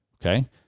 Okay